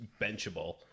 benchable